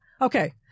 Okay